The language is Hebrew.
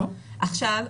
עכשיו,